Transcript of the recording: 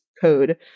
code